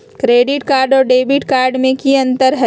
Credit card और debit card में की अंतर हई?